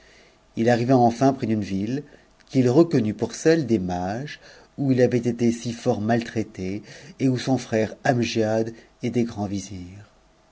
il vivait h arriva enfin près d'une ville qn'ij reconnut pour celle des mages où il avait été si fort maltraité et où son frère amgiad était grand